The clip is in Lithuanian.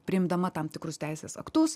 priimdama tam tikrus teisės aktus